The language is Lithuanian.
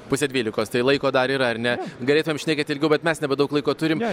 pusė dvylikos tai laiko dar yra ar ne galėtumėm šnekėt ilgiau bet mes nebedaug laiko turim